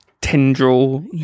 tendril